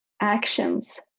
actions